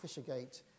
Fishergate